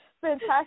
Fantastic